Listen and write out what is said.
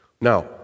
Now